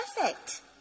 perfect